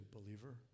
believer